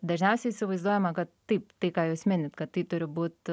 dažniausiai įsivaizduojama kad taip tai ką jūs minit kad tai turi būt